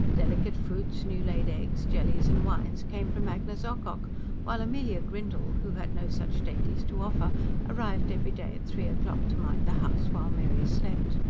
delicate fruits, new-laid eggs, jellies and wines came from agnes ocock while amelia grindle, who had no such dainties to offer arrived every day at three o'clock, to mind the house while mary slept.